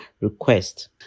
request